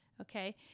Okay